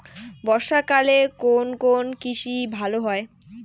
বর্ষা কালে কোন কোন কৃষি ভালো হয়?